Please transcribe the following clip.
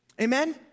Amen